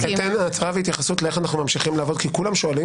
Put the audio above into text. אני אתן הצהרה והתייחסות איך אנחנו ממשיכים לעבוד כי כולם שואלים